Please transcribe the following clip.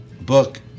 book